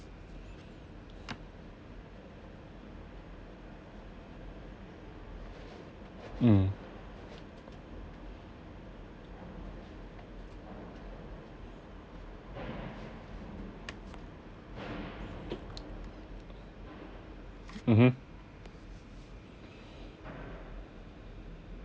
mm mmhmm